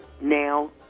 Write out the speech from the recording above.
now